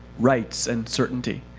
rights and certainty,